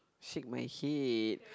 shake my head